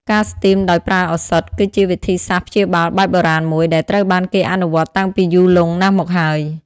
ការស្ទីមដោយប្រើឱសថ គឺជាវិធីសាស្ត្រព្យាបាលបែបបុរាណមួយ ដែលត្រូវបានគេអនុវត្តតាំងពីយូរលង់ណាស់មកហើយ។